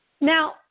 Now